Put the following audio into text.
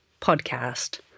podcast